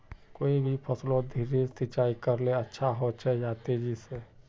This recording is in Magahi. कोई भी फसलोत धीरे सिंचाई करले अच्छा होचे या तेजी से?